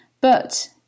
But